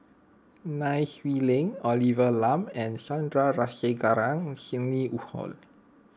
Nai Swee Leng Olivia Lum and Sandrasegaran Sidney Woodhull